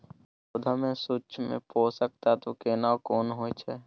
पौधा में सूक्ष्म पोषक तत्व केना कोन होय छै?